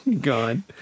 Gone